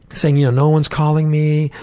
saying you know no one's calling me.